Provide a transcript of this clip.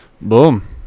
Boom